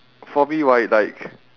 for me right like